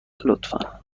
لطفا